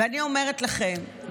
ואני אומרת לכם,